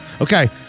Okay